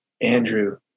Andrew